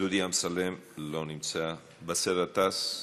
דודי אמסלם, אינו נוכח, באסל גטאס,